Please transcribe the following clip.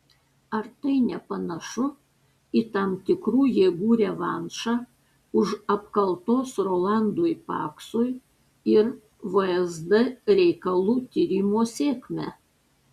ar tai nepanašu į tam tikrų jėgų revanšą už apkaltos rolandui paksui ir vsd reikalų tyrimo sėkmę